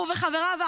הוא וחבריו,